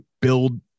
build